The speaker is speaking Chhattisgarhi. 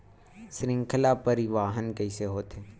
श्रृंखला परिवाहन कइसे होथे?